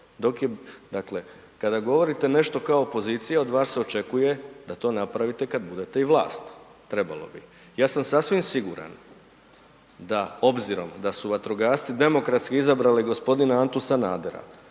dakle kada govorite nešto kao pozicija od vas se očekuje da to napravite kada budete i vlast, trebalo bi. Ja sam sasvim siguran da obzirom da su vatrogasci demokratski izabrali gospodina Antu Sanadera